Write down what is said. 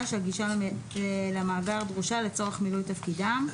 שהגישה למאגר דרושה לצורך מילוי תפקידם,